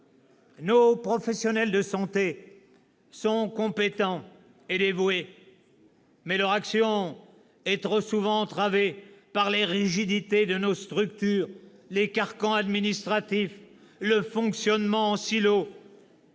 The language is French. Nos professionnels de santé sont compétents et dévoués, mais leur action est trop souvent entravée par les rigidités de nos structures, les carcans administratifs, le fonctionnement en silo.